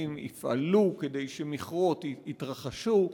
כדי שמפעלים יפעלו, כדי שמִכרות ייכרו.